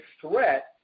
threat